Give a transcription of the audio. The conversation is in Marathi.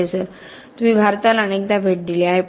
प्रोफेसर तुम्ही भारताला अनेकदा भेट दिली आहे